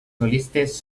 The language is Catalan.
solistes